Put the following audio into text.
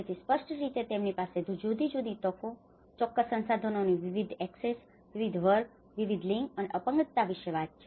તેથી સ્પષ્ટ રીતે તેમની પાસે જુદીજુદી તકો ચોક્કસ સંસાધનોની વિવિધ એક્સેસ વિવિધ વર્ગ વિવિધ લિંગ અને અપંગતા વિશેની વાત છે